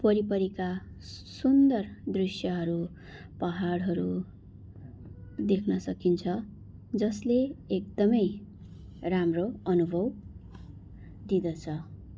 परिपरिका सुन्दर दृश्यहरू पाहाडहरू देख्न सकिन्छ जसले एकदमै राम्रो अनुभव दिँदछ